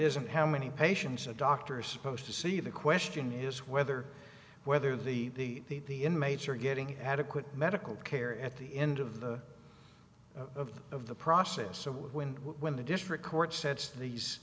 isn't how many patients a doctor supposed to see the question is whether whether the the inmates are getting adequate medical care at the end of the of the process so when when the district court sets